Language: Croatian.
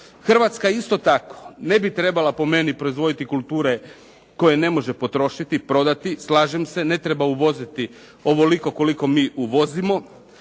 Hrvatska isto tako ne bi trebala po meni proizvoditi kulture koje ne može potrošiti, prodati. Slažem se, ne treba uvoziti ovoliko koliko mi uvozimo